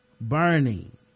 burning